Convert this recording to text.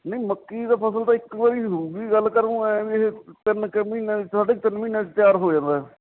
ਨਹੀਂ ਮੱਕੀ ਦੀ ਫਸਲ ਤਾਂ ਇੱਕ ਵਾਰੀ ਹੋਊਗੀ ਗੱਲ ਕਰਨ ਨੂੰ ਐਂ ਵੀ ਇਹ ਤਿੰਨ ਕੁ ਮਹੀਨੇ ਸਾਢੇ ਕੁ ਤਿੰਨ ਮਹੀਨਿਆਂ 'ਚ ਤਿਆਰ ਹੋ ਜਾਂਦਾ